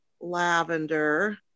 lavender